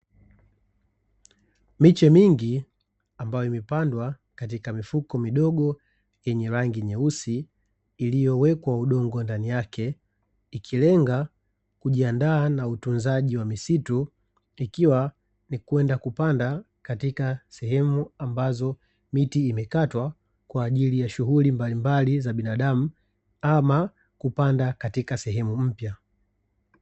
Miche mingi ambayo imepandwa katika mifuko midogo yenye rangi nyeusi iliyowekwa udongo ndani yake, ikilenga kujiandaa na utunzaji wa misitu ikiwa ni kwenda kupanda katika sehemu ambazo miti imekatwa kwa ajili ya shughuli mbalimbali za binadamu ama kupanda katika sehemu mpya.